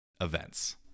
events